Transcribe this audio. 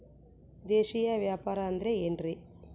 ದೇಶೇಯ ವ್ಯಾಪಾರ ಅಂದ್ರೆ ಏನ್ರಿ?